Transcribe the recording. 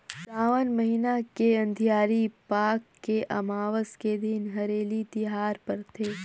सावन महिना के अंधियारी पाख के अमावस्या के दिन हरेली तिहार परथे